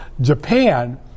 Japan